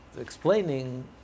explaining